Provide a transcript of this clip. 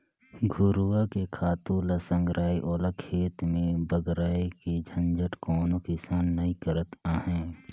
घुरूवा के खातू ल संघराय ओला खेत में बगराय के झंझट कोनो किसान नइ करत अंहे